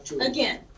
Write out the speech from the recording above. again